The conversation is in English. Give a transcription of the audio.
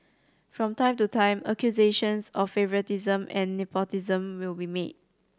from time to time accusations of favouritism and nepotism will be made